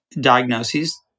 diagnoses